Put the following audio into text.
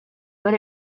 but